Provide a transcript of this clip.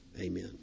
Amen